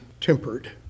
tempered